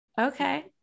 okay